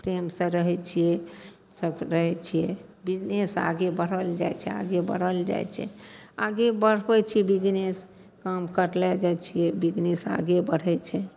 प्रेमसे रहै छिए सभ रहै छिए बिजनेस आगे बढ़ल जाइ छै आगे बढ़ल जाइ छै आगे बढ़बै छिए बिजनेस काम करले जाइ छिए बिजनेस आगे बढ़ै छै